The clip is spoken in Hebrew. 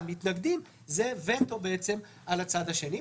מתנגדים, זה בעצם וטו על הצד השני.